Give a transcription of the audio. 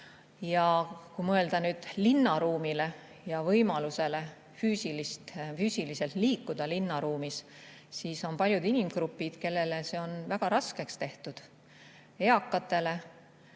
Ja kui mõelda nüüd linnaruumile ja võimalusele seal füüsiliselt liikuda, siis on paljud inimgrupid, kellele see on väga raskeks tehtud: eakatele,